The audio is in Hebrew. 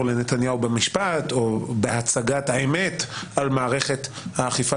לנתניהו במשפט או בהצגת האמת על מערכת האכיפה